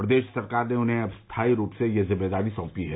प्रदेश सरकार ने अब उन्हें स्थायी रूप से यह जिम्मेदारी सौंपी है